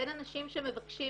בין אנשים שמבקשים